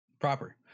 Proper